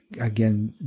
Again